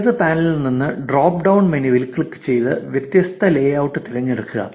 ഇടത് പാനലിൽ നിന്ന് ഡ്രോപ്പ് ഡൌൺ മെനുവിൽ ക്ലിക്ക് ചെയ്ത് വ്യത്യസ്ത ലേഔട്ട് തിരഞ്ഞെടുക്കുക